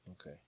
Okay